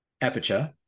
aperture